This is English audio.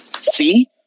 see